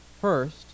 First